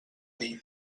dir